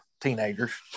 teenagers